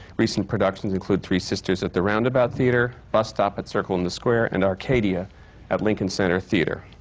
recent productions include three sisters at the roundabout theatre, bus stop at circle in the square, and arcadia at lincoln center theatre.